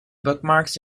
bookmarks